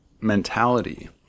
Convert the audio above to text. mentality